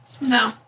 No